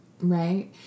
right